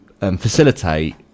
facilitate